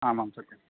आमां सत्यम्